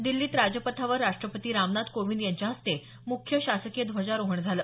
दिल्लीत राजपथावर राष्ट्रपती रामनाथ कोविंद यांच्याहस्ते मुख्य शासकीय ध्वजारोहण झालं